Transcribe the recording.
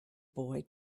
boy